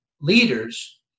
leaders